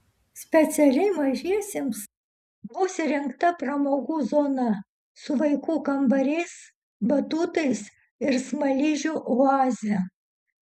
specialiai mažiesiems bus įrengta pramogų zona su vaikų kambariais batutais ir smaližių oaze